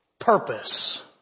purpose